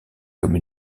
comme